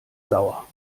sauer